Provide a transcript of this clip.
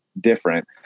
different